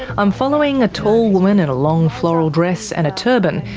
i'm following a tall woman in a long floral dress and a turban,